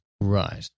Right